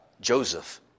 Joseph